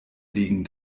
legen